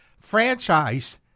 franchise